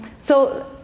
so,